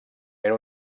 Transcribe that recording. era